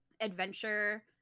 adventure